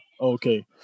Okay